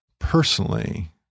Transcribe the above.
Personally